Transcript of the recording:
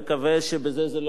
שבזה זה לא יסתפק,